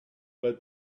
but